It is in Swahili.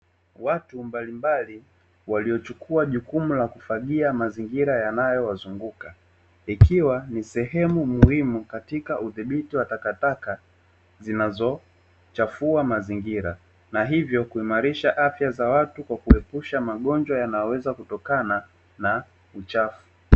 Watu mbalimbali waliochukua jukumu la kufagia mazingira yanayowazunguka; ikiwa ni sehemu muhimu katika udhibiti wa takataka zinazochafua mazingira, na hivyo kuimarisha afya za watu kwa kuepusha magonjwa yanayoweza kutokana na uchafu.